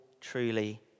truly